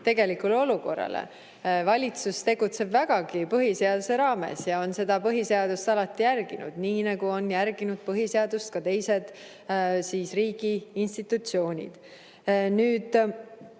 tegelikule olukorrale. Valitsus tegutseb vägagi põhiseaduse raames ja on põhiseadust alati järginud, nii nagu on järginud põhiseadust ka teised riigiinstitutsioonid. Ma